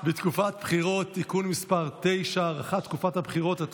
בתקופת בחירות (תיקון מס' 9) (הארכת תקופת הבחירות) ,